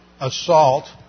assault